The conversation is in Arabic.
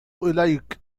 إليك